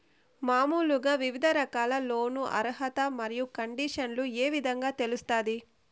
మామూలుగా వివిధ రకాల లోను అర్హత మరియు కండిషన్లు ఏ విధంగా తెలుస్తాది?